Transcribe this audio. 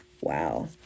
Wow